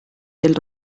del